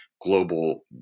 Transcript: global